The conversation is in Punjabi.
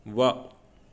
ਵਾਹ